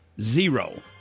Zero